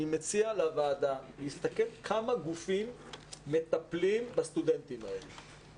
אני מציע לוועדה להסתכל כמה גופים מטפלים בסטודנטים האלה